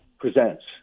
Presents